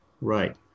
Right